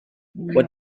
what